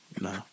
No